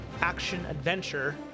action-adventure